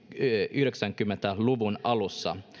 yhdeksänkymmentä luvun alussa